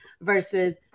Versus